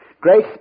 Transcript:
Grace